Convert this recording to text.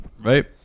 right